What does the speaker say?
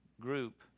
group